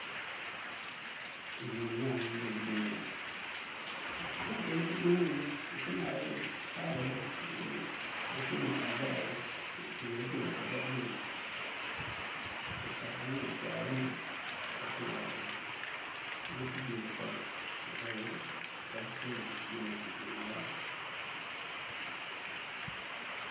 Yunk dí ñaan yël duŋ pëjúŋ uguk. Á ñaan yël pëjúŋ uguku ukëma fal á ufiŋa abá këloj wul kabá bëliyëng, këcapan wul këwayan wul awu këma mëlik gín pëkay këruka watës mëlik pëjúŋ wul ujúŋa uwar.